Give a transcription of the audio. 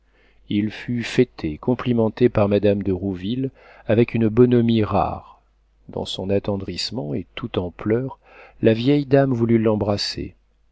il fut fêté complimenté par madame de rouville avec une bonhomie rare dans son attendrissement et tout en pleurs la vieille dame voulut l'embrasser